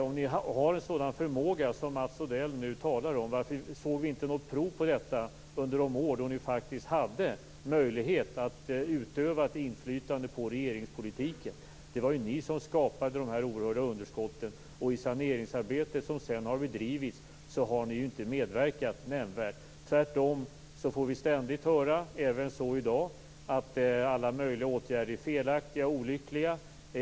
Om ni har en sådan förmåga som Mats Odell nu talar om, varför såg vi då inget prov på detta under de år då ni faktiskt hade möjlighet att utöva ett inflytande på regeringspolitiken? Det var ju ni som skapade de här oerhörda underskotten. I det saneringsarbete som sedan har bedrivits har ni inte medverkat nämnvärt. Tvärtom får vi ständigt höra - även så i dag - att alla möjliga åtgärder är felaktiga och olyckliga.